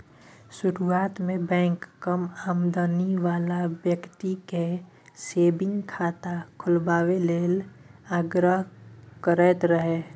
शुरुआत मे बैंक कम आमदनी बला बेकती केँ सेबिंग खाता खोलबाबए लेल आग्रह करैत रहय